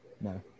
No